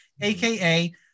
AKA